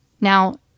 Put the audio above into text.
Now